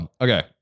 Okay